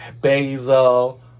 basil